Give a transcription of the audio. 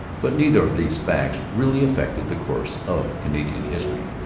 but neither of these facts really affected the course of canadian history.